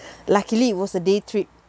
luckily it was a day trip